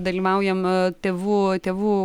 dalyvaujam tėvų tėvų